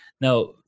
now